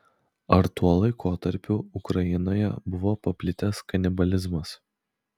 ar tuo laikotarpiu ukrainoje buvo paplitęs kanibalizmas